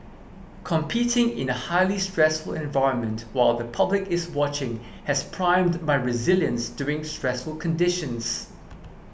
competing in a highly stressful environment while the public is watching has primed my resilience during stressful conditions